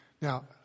Now